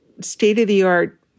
state-of-the-art